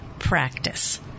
Practice